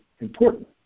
important